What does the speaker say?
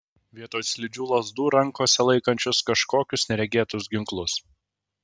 vietoj slidžių lazdų rankose laikančios kažkokius neregėtus ginklus